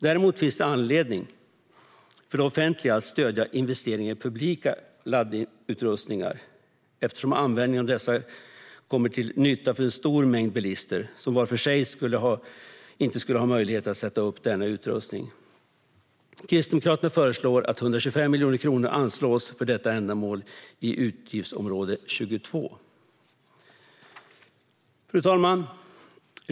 Däremot finns det anledning för det offentliga att stödja investeringar i publika laddutrustningar eftersom användningen av dessa kommer till nytta för en stor mängd bilister som var för sig inte skulle ha möjlighet att sätta upp denna utrustning. Kristdemokraterna föreslår att 125 miljoner kronor anslås för detta ändamål i utgiftsområde 22. Fru talman!